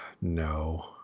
No